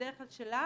בדרך כלל שלה,